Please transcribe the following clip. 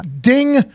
ding